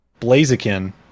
Blaziken